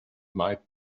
might